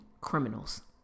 criminals